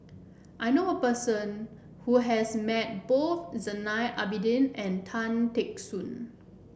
I knew a person who has met both Zainal Abidin and Tan Teck Soon